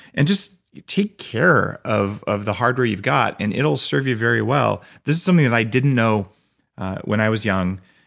and just take care of of the hardware you've got and it will serve you very well. this is something that i didn't know when i was young.